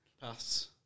Pass